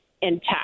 intact